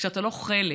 כשאתה לא חלק?